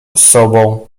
sobą